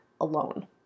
alone